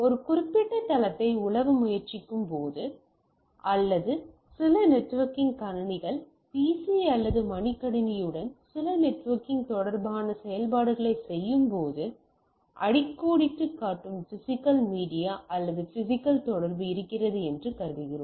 ஒரு குறிப்பிட்ட தளத்தை உலவ முயற்சிக்கும்போது அல்லது சில நெட்வொர்க்கிங் கணினிகள் PC அல்லது மடிக்கணினியுடன் சில நெட்வொர்க்கிங் தொடர்பான செயல்பாடுகளைச் செய்யும்போது அடிக்கோடிட்டுக் காட்டும் பிசிக்கல் மீடியா அல்லது பிசிக்கல் தொடர்பு இருக்கிறது என்று கருதுகிறோம்